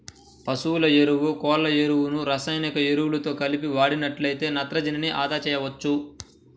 పశువుల ఎరువు, కోళ్ళ ఎరువులను రసాయనిక ఎరువులతో కలిపి వాడినట్లయితే నత్రజనిని అదా చేయవచ్చు